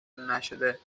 نشده